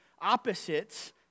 opposites